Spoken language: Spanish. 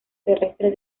terrestre